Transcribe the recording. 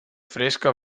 fresca